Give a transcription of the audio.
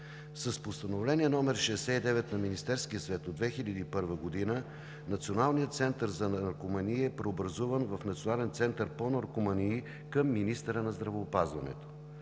С Постановление № 69 на Министерския съвет от 2001 г. Националният център за наркомании е преобразуван в Национален център по наркомании (НЦН) към министъра на здравеопазването.